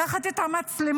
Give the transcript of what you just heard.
לקחת את המצלמות